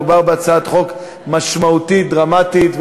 מדובר בהצעת חוק משמעותית, דרמטית.